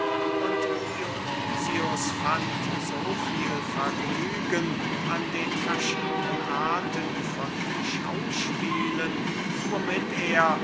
und dionys fand so viel vergnügen an den verschiedenen arten von schauspielen womit er